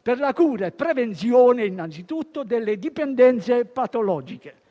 per la cura e la prevenzione, innanzitutto, delle dipendenze patologiche.